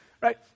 Right